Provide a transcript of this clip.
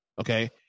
okay